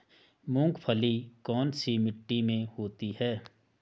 मूंगफली कौन सी मिट्टी में होती है?